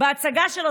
בהצגה שלו,